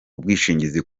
ubwishingizi